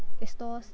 there's stores